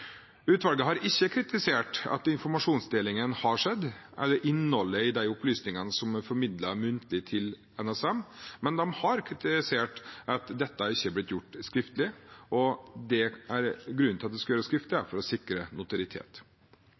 Utvalget har ikke kritisert at informasjonsdelingen har skjedd, eller innholdet i de opplysningene som er formidlet muntlig til NSM, men de har kritisert at dette ikke er blitt gjort skriftlig. Grunnen til at det skal gjøres skriftlig, er for å sikre notoritet.